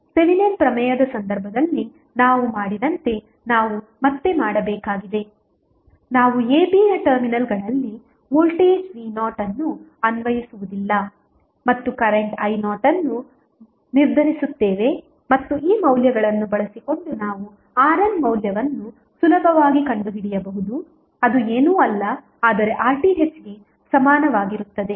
Thevenin ಪ್ರಮೇಯದ ಸಂದರ್ಭದಲ್ಲಿ ನಾವು ಮಾಡಿದಂತೆ ನಾವು ಮತ್ತೆ ಮಾಡಬೇಕಾಗಿದೆ ನಾವು a b ಯ ಟರ್ಮಿನಲ್ಗಳಲ್ಲಿ ವೋಲ್ಟೇಜ್ v0 ಅನ್ನು ಅನ್ವಯಿಸುವುದಿಲ್ಲ ಮತ್ತು ಕರೆಂಟ್ i0 ಅನ್ನು ನಿರ್ಧರಿಸುತ್ತೇವೆ ಮತ್ತು ಈ ಮೌಲ್ಯಗಳನ್ನು ಬಳಸಿಕೊಂಡು ನಾವು RNಮೌಲ್ಯವನ್ನು ಸುಲಭವಾಗಿ ಕಂಡುಹಿಡಿಯಬಹುದು ಅದು ಏನೂ ಅಲ್ಲ ಆದರೆ RThಗೆ ಸಮಾನವಾಗಿರುತ್ತದೆ